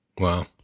Wow